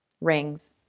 rings